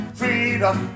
freedom